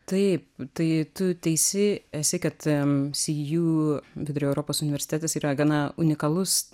taip tai tu teisi esi kad see you vidurio europos universitetas yra gana unikalus